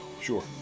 sure